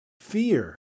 fear